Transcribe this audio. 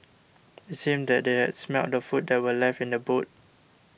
it seemed that they had smelt the food that were left in the boot